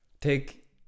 take